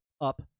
up